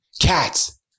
cats